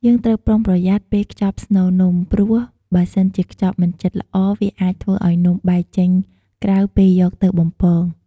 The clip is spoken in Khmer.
យើងត្រូវប្រុងប្រយ័ត្នពេលខ្ចប់ស្នូលនំ ព្រោះបើសិនជាខ្ចប់មិនជិតល្អ វាអាចធ្វើឱ្យនំបែកចេញក្រៅពេលយកទៅបំពង។